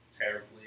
terribly